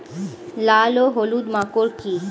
লাল ও হলুদ মাকর কী?